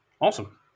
Awesome